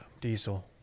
diesel